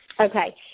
Okay